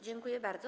Dziękuję bardzo.